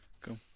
Cool